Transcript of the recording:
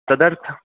तदर्थं